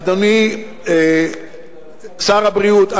אדוני שר הבריאות,